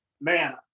man